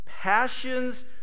passions